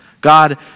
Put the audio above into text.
God